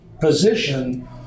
position